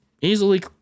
easily